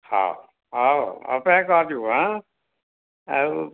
ହଉ ହଉ ଅପେକ୍ଷା କରିବୁ ହାଁ ଆଉ